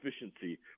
efficiency